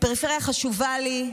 הפריפריה חשובה לי,